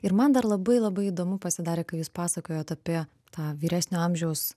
ir man dar labai labai įdomu pasidarė kai jūs pasakojot apie tą vyresnio amžiaus